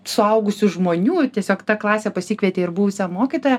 suaugusių žmonių tiesiog ta klasė pasikvietė ir buvusią mokytoją